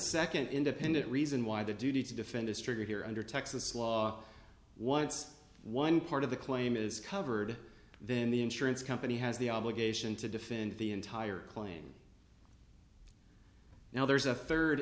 second independent reason why the duty to defend is triggered here under texas law once one part of the claim is covered then the insurance company has the obligation to defend the entire claim now there's a third